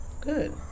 Good